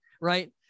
right